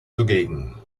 zugegen